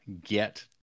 get